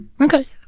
Okay